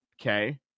Okay